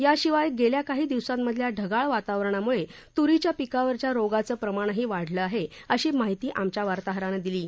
याशिवाय गेल्या काही दिवसांमधल्या ढगाळ वातावरणामुळे तूरीच्या पिकावरचं रोगाचं प्रमाणही वाढलं आहे अशी माहिती आमच्या वार्ताहरानं दिली आहे